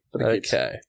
Okay